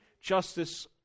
justice